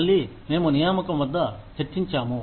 మళ్లీ మేము నియామకం వద్ద చర్చించాము